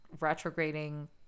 retrograding